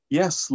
yes